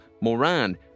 Moran